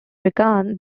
regan